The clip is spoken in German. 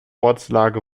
ortslage